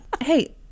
Hey